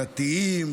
דתיים,